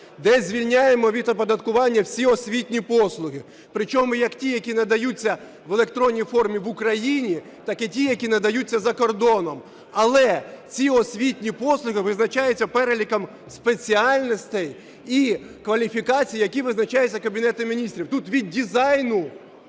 де звільняємо від оподаткування всі освітні послуги, причому як ті, які надаються в електронній формі в Україні, так і ті, які надаються за кордоном. Але ці освітні послуги визначаються переліком спеціальностей і кваліфікацій, які визначаються Кабінетом Міністрів. Тут від дизайну